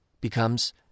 becomes